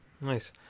nice